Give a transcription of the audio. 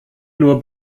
nur